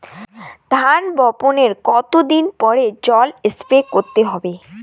ধান বপনের কতদিন পরে জল স্প্রে করতে হবে?